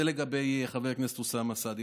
זה לגבי חבר הכנסת אוסאמה סעדי.